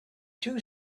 two